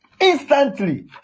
Instantly